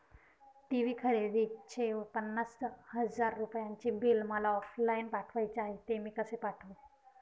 TV खरेदीचे पन्नास हजार रुपयांचे बिल मला ऑफलाईन पाठवायचे आहे, ते मी कसे पाठवू?